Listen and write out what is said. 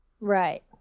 Right